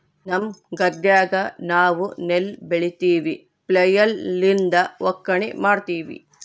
ನಮ್ಮ ಗದ್ದೆಗ ನಾವು ನೆಲ್ಲು ಬೆಳಿತಿವಿ, ಫ್ಲ್ಯಾಯ್ಲ್ ಲಿಂದ ಒಕ್ಕಣೆ ಮಾಡ್ತಿವಿ